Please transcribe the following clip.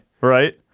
Right